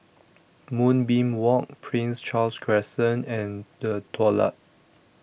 Moonbeam Walk Prince Charles Crescent and The Daulat